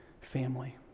family